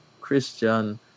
Christian